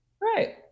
Right